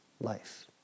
life